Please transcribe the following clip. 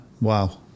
Wow